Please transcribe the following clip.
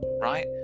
Right